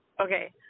Okay